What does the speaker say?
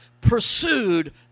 pursued